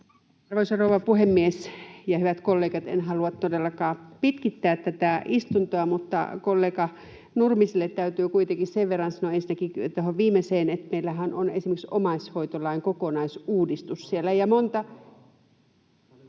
Arvoisa rouva puhemies! Hyvät kollegat, en halua todellakaan pitkittää tätä istuntoa, mutta kollega Nurmiselle täytyy kuitenkin sen verran sanoa ensinnäkin tuohon viimeiseen, että meillähän on esimerkiksi omaishoitolain kokonaisuudistus siellä